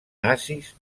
nazis